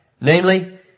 namely